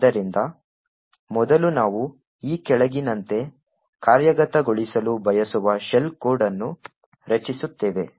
ಆದ್ದರಿಂದ ಮೊದಲು ನಾವು ಈ ಕೆಳಗಿನಂತೆ ಕಾರ್ಯಗತಗೊಳಿಸಲು ಬಯಸುವ ಶೆಲ್ ಕೋಡ್ ಅನ್ನು ರಚಿಸುತ್ತೇವೆ